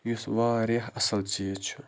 یُس واریاہ اصل چیٖز چھُ